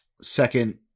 second